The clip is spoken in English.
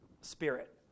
spirit